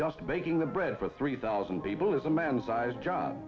just making the bread for three thousand people is a man sized job